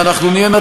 דוגמה אחת.